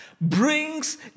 brings